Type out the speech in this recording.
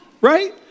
right